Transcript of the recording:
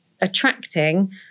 attracting